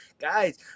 guys